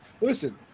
Listen